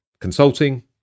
consulting